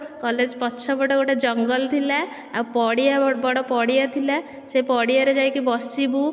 college ପଛ ପଟେ ଗୋଟେ ଜଙ୍ଗଲ ଥିଲା ଆଉ ପଡ଼ିଆ ବଡ଼ ପଡ଼ିଆ ଥିଲା ସେ ପଡ଼ିଆରେ ଯାଇକି ବସିବୁ